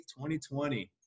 2020